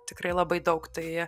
tikrai labai daug tai